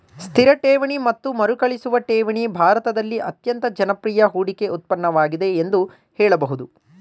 ಸ್ಥಿರ ಠೇವಣಿ ಮತ್ತು ಮರುಕಳಿಸುವ ಠೇವಣಿ ಭಾರತದಲ್ಲಿ ಅತ್ಯಂತ ಜನಪ್ರಿಯ ಹೂಡಿಕೆ ಉತ್ಪನ್ನವಾಗಿದೆ ಎಂದು ಹೇಳಬಹುದು